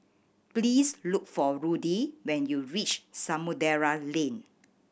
please look for Rudy when you reach Samudera Lane